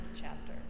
chapter